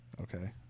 Okay